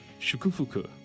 Shukufuku